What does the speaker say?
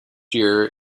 year